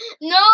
No